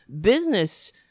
business